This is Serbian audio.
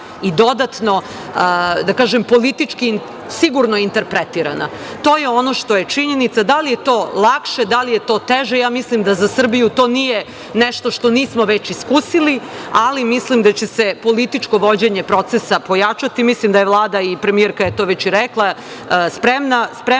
i dodatno, da kažem, politički sigurno interpretirana. To je ono što je činjenica. Da li je to lakše, da li je to teže? Ja mislim da za Srbiju to nije nešto što nismo već iskusili ali mislim da će se političko vođenje procesa pojačati. Mislim da je Vlada, a i premijerka je to već rekla, spreman